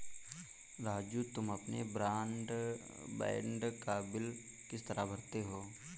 राजू तुम अपने ब्रॉडबैंड का बिल किस तरह भरते हो